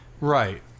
right